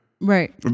Right